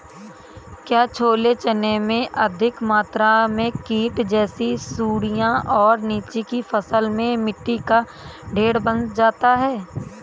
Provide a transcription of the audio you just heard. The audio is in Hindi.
क्या छोले चने में अधिक मात्रा में कीट जैसी सुड़ियां और नीचे की फसल में मिट्टी का ढेर बन जाता है?